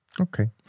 Okay